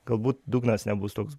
galbūt dugnas nebus toks